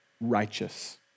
righteous